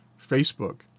Facebook